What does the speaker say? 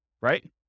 right